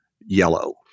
yellow